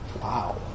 Wow